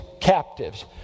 captives